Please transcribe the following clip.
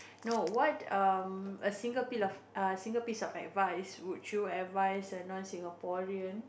no what um a single piece of uh single piece of advice would you advice a non Singaporean